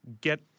get